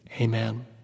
Amen